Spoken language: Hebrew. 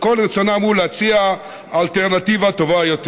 רצונם הוא להציע אלטרנטיבה טובה יותר,